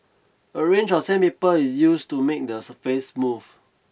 a range of sandpaper is used to make the surface smooth